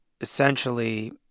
essentially